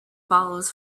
follows